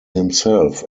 himself